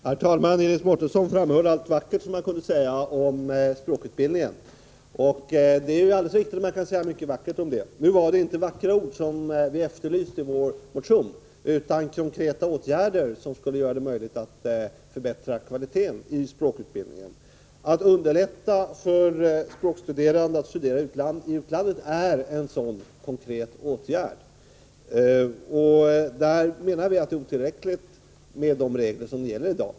Herr talman! Iris Mårtensson framhöll allt vackert som kunde sägas om språkutbildningen. Det är alldeles riktigt att det finns mycket vackert att säga om den. Det var emellertid inte vackra ord som vi efterlyste i vår motion, utan konkreta åtgärder som skulle göra det möjligt att förbättra språkutbild ningens kvalitet. Att underlätta för språkstuderande att studera i utlandet är en sådan konkret åtgärd. Vi anser att de regler som gäller i dag är otillräckliga.